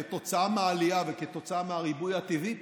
כתוצאה מהעלייה וכתוצאה מהריבוי הטבעי,